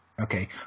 okay